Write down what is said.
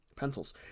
pencils